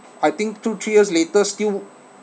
I think two three years later still